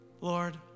Lord